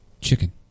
Chicken